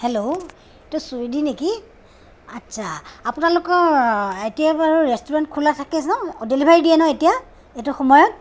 hello এইটো ছুইদি নেকি আচ্ছা আপোনালোকৰ এতিয়া বাৰু ৰেষ্টুৰেণ্ট খোলা থাকে ন ডেলিভাৰী দিয়ে ন এতিয়া এইটো সময়ত